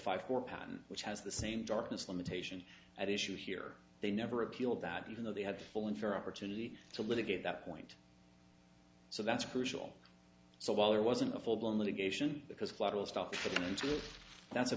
five four patent which has the same darkness limitation at issue here they never appealed that even though they had full and fair opportunity to litigate that point so that's crucial so while there wasn't a full blown litigation because